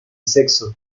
sexo